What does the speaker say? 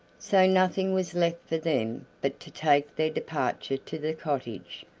so nothing was left for them but to take their departure to the cottage,